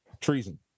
treason